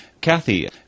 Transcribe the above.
Kathy